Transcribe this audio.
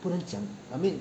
不能讲 I mean